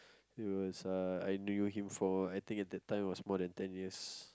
he was uh I knew him for I think at that time is more than ten years